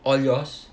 all yours